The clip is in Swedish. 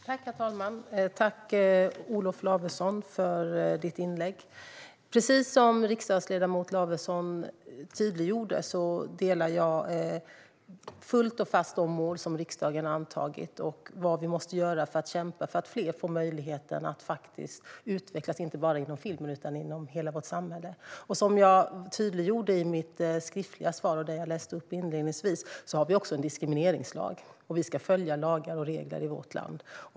Herr talman! Tack, Olof Lavesson, för ditt inlägg! Precis som riksdagsledamoten Lavesson tydliggjorde instämmer jag fullt och fast i de mål som riksdagen antagit och vad vi måste göra för att kämpa för att fler ska få möjlighet att utvecklas, inte bara inom filmen utan i hela vårt samhälle. Som jag tydliggjorde i mitt svar inledningsvis har vi en diskrimineringslag, och vi ska följa lagar och regler i vårt land.